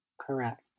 correct